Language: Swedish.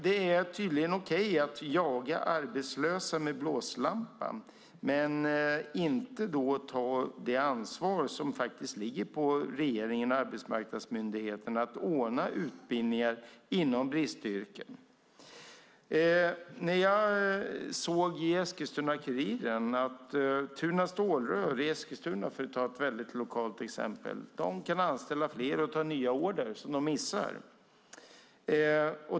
Det är tydligen okej att jaga arbetslösa med blåslampa, men inte ta det ansvar som ligger på regeringen och arbetsmarknadsmyndigheterna att ordna utbildningar inom bristyrken. Jag såg i Eskilstuna-Kuriren att Tuna Stålrör i Eskilstuna, för att ta ett lokalt exempel, kan anställa fler och ta nya order som de missar.